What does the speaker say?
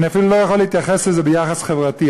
אני אפילו לא יכול להתייחס לזה ביחס חברתי.